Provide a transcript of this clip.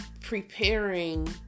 preparing